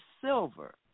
silver